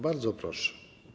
Bardzo proszę.